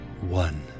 One